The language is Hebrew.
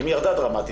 אם היא ירדה דרמטית,